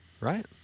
Right